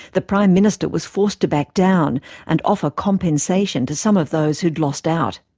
the prime minister was forced to back down and offer compensation to some of those who'd lost out.